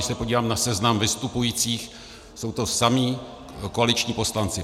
Když se podívám na seznam vystupujících, jsou to samí koaliční poslanci.